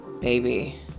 baby